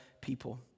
people